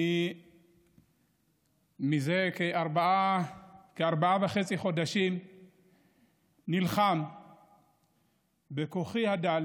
אני זה כארבעה וחצי חודשים נלחם בכוחי הדל